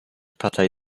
partei